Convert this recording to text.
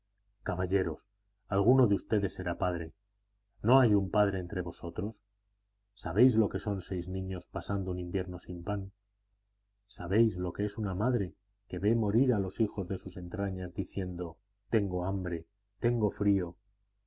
caballeros alguno de ustedes será padre no hay un padre entre vosotros sabéis lo que son seis niños pasando un invierno sin pan sabéis lo que es una madre que ve morir a los hijos de sus entrañas diciendo tengo hambre tengo frío